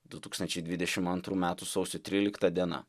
du tūkstančiai dvidešim antrų metų sausio trylikta diena